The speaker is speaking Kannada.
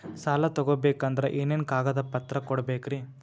ಸಾಲ ತೊಗೋಬೇಕಂದ್ರ ಏನೇನ್ ಕಾಗದಪತ್ರ ಕೊಡಬೇಕ್ರಿ?